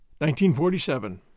1947